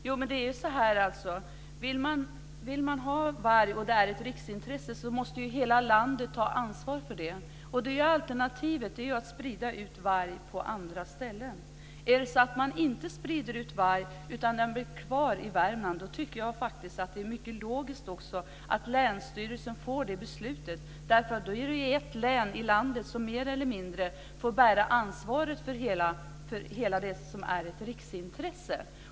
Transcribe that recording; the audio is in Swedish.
Fru talman! Men det är ju så: Vill man ha varg och det är ett riksintresse måste hela landet ta ansvar för det. Alternativet är att sprida ut varg på andra ställen. Sprider man inte ut vargen, utan vargen blir kvar i Värmland, tycker jag att det är mycket logiskt att länsstyrelsen får det beslutet. Då är det ju ett län i landet som mer eller mindre får bära ansvaret för det som är ett riksintresse.